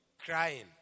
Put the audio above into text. crying